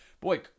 boy